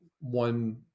one